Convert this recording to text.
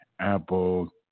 Apple